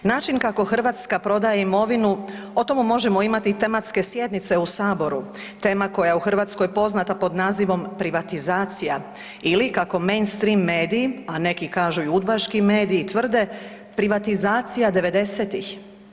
Način kako Hrvatska prodaje imovinu o tome možemo imati i tematske sjednice u saboru, tema koja u Hrvatskoj poznata pod nazivom privatizacija ili kako mainstream mediji, a neki kažu i udbaški mediji tvrde privatizacija '90.-tih.